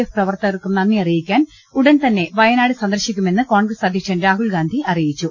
F പ്രവർത്തകർക്കും നന്ദി അറിയിക്കാൻ ഉടൻ തന്നെ വയനാട് സന്ദർശിക്കുമെന്ന് കോൺഗ്രസ് അധ്യക്ഷൻ രാഹുൽ ഗാന്ധി അറിയിച്ചു